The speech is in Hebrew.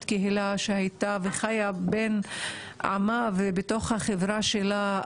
קהילה שחיה בין בני עמה ובתוך החברה שלה,